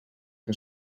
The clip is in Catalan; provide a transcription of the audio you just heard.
que